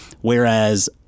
whereas